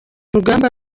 rugamba